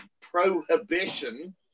prohibition